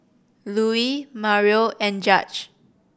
Louise Mario and Judge